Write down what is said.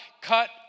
cut